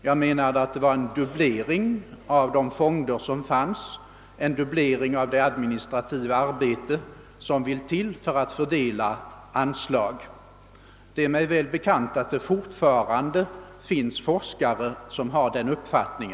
Jag menade att det var en dubblering av anslagsposter som redan fanns och en dubblering av det administrativa arbete som vill till för att fördela anslag. Det är välbekant att det fortfarande finns forskare som har denna uppfattning.